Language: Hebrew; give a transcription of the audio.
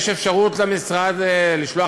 יש אפשרות למשרד לשלוח